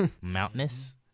mountainous